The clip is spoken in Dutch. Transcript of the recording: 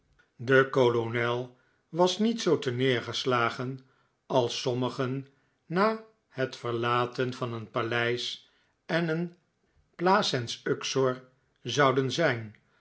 de kolonel was niet zoo terneergeslagen als sommigen na het verlaten van een paleis en een placens uxor zouden zijn